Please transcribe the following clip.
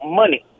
money